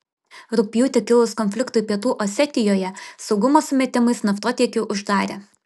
rugpjūtį kilus konfliktui pietų osetijoje saugumo sumetimais naftotiekį uždarė